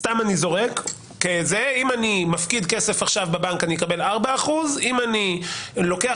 אם אני מפקיד עכשיו כסף בבנק אני אקבל 4%; אם אני לוקח